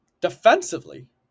defensively